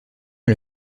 est